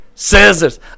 scissors